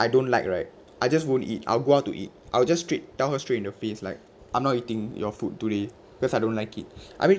I don't like right I just won't eat I'll go out to eat I'll just straight tell her straight in the face like I'm not eating your food today cause I don't like it I mean